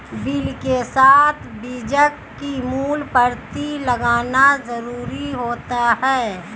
bill के साथ बीजक की मूल प्रति लगाना जरुरी होता है